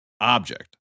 object